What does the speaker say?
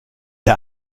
der